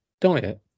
diet